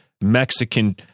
Mexican